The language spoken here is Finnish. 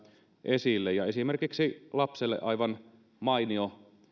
esille esimerkiksi lapselle aivan mainio